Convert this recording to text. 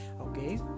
okay